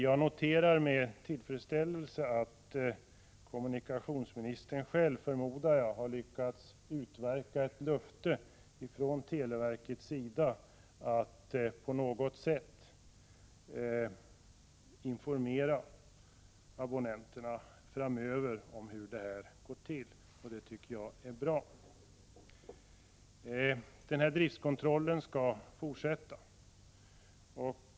Jag noterar med tillfredsställelse att kommunikationsministern förmodligen har utverkat ett löfte av televerket att televerket framdeles på något sätt skall informera abonnenterna om tillvägagångssättet. Det tycker jag är bra. Driftkontrollen skall fortsätta.